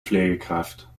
pflegekraft